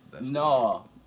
No